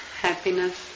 happiness